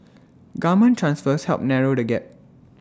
government transfers help narrow the gap